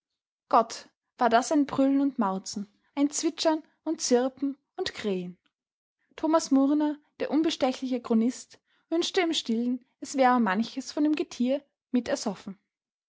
gott war das ein brüllen und mauzen ein zwitschern und zirpen und krähen thomas murner der unbestechliche chronist wünschte im stillen es wäre manches von dem getier mitersoffen